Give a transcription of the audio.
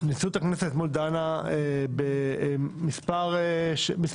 נשיאות הכנסת אתמול דנה במספר הצעות